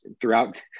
throughout